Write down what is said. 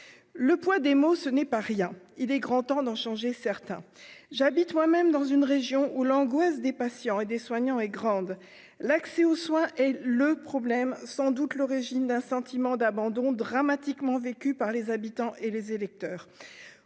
le poids des mots, ce n'est pas rien, il est grand temps d'en changer certains j'habite moi-même dans une région où l'angoisse des patients et des soignants et grande l'accès aux soins et le problème sans doute l'origine d'un sentiment d'abandon dramatiquement vécu par les habitants et les électeurs,